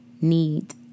need